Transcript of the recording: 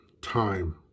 time